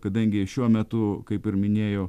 kadangi šiuo metu kaip ir minėjau